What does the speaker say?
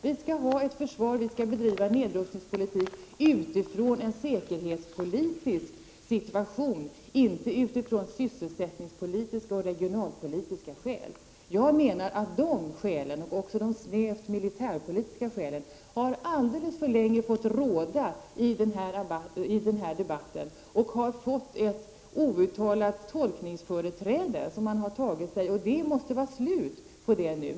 Vi skall ha ett försvar och vi skall bedriva en nedrustningspolitik utifrån en säkerhetspolitisk situation, inte utifrån sysselsättningspolitiska och regionalpolitiska skäl. Dessa skäl, och även de snävt militärpolitiska skälen, har enligt min mening alldeles för länge fått råda i denna debatt, och de har fått ett outtalat tolkningsföreträde. Det måste bli ett slut på detta nu.